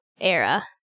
era